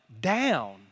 down